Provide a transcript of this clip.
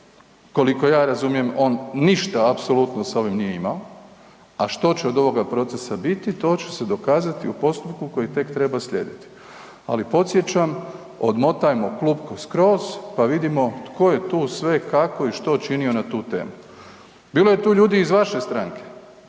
koliko ja razumijem on ništa apsolutno sa ovim nije imao, a što će od ovoga procesa biti to će se dokazati u postupku koji tek treba slijediti, ali podsjećam odmotajmo klupko skroz pa vidimo tko je tu sve, kako i što činio na tu temu. Bilo je tu ljudi i iz vaše stranke,